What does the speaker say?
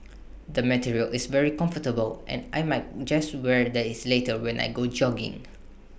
the material is very comfortable and I might just wear that this later when I go jogging